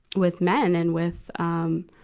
with men and with, um,